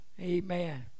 Amen